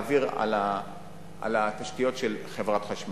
על התשתיות של חברת החשמל.